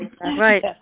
right